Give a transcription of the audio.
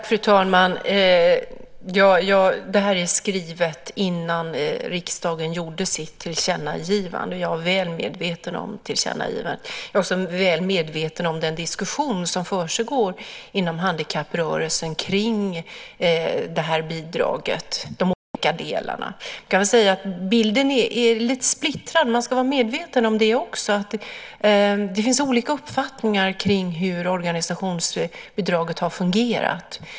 Fru talman! Svaret skrevs innan riksdagen gjorde sitt tillkännagivande, och jag är väl medveten om tillkännagivandet. Jag är också väl medveten om den diskussion som försiggår inom handikapprörelsen kring de olika bidragsdelarna. Man ska vara medveten om att bilden är lite splittrad. Det finns olika uppfattningar om hur organisationsbidraget har fungerat.